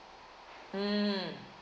mm